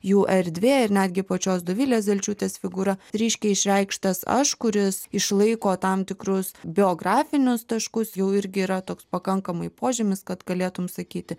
jų erdvė ir netgi pačios dovilės zelčiūtės figūra ryškiai išreikštas aš kuris išlaiko tam tikrus biografinius taškus jau irgi yra toks pakankamai požymis kad galėtum sakyti